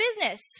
business